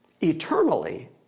eternally